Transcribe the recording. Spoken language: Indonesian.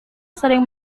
sering